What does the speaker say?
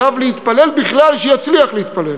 עליו להתפלל בכלל שיצליח להתפלל,